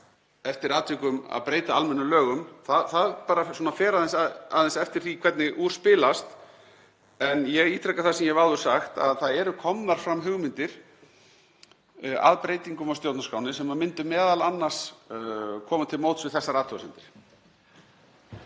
eftir atvikum að breyta almennum lögum. Það fer aðeins eftir því hvernig úr spilast. En ég ítreka það sem ég hef áður sagt að það eru komnar fram hugmyndir að breytingum á stjórnarskránni sem myndu m.a. koma til móts við þessar athugasemdir.